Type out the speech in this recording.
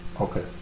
Okay